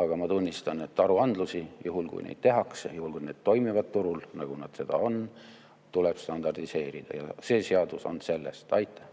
Aga ma tunnistan, et aruandlusi, juhul kui neid tehakse ja juhul kui need toimivad turul, nagu nad seda on, tuleb standardiseerida, ja see seadus on selle kohta.